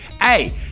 Hey